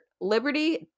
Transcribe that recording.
Liberty